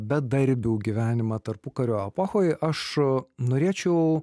bedarbių gyvenimą tarpukario epochoj aš norėčiau